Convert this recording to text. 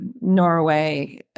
Norway